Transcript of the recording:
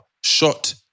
shot